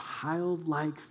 childlike